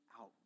out